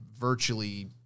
virtually